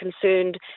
concerned